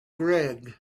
greg